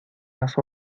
las